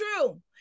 true